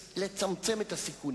ויבוא אחיו של הנרצח וירצח אותו.